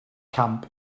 camp